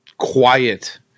Quiet